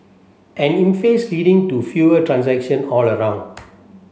an impasse leading to fewer transaction all round